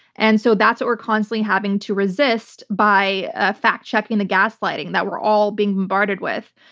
and so that's what we're constantly having to resist by ah fact checking the gaslighting that we're all being bombarded with.